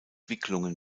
wicklungen